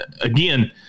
Again